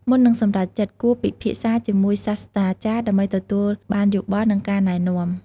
មុននឹងសម្រេចចិត្ត គួរពិភាក្សាជាមួយសាស្រ្តាចារ្យដើម្បីទទួលបានយោបល់ និងការណែនាំ។